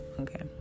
Okay